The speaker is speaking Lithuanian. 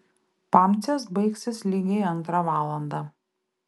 pamcės baigsis lygiai antrą valandą